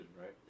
right